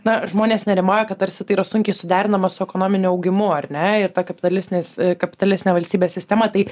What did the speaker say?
na žmonės nerimauja kad tarsi tai yra sunkiai suderinama su ekonominiu augimu ar ne ir ta kapitalistinės kapitalistinė valstybės sistema tai